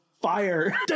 fire